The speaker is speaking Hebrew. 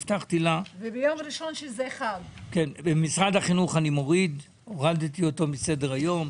אני מוריד את משרד החינוך מסדר היום,